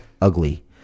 ugly